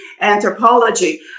anthropology